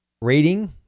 rating